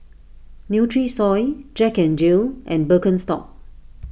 Nutrisoy Jack N Jill and Birkenstock